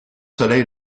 soleil